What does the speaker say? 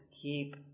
keep